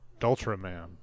Dultraman